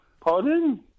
Pardon